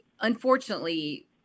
Unfortunately